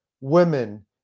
Women